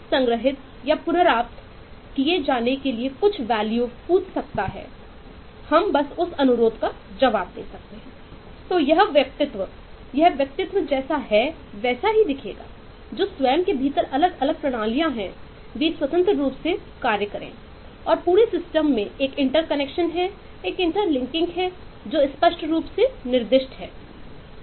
सी P U आर A L U में एक इंटरकनेक्शन है एक इंटरलिंकिंग है जो स्पष्ट रूप से निर्दिष्ट है